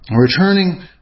Returning